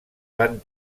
van